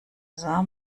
sah